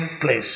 place